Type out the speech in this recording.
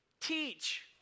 teach